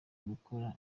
gukora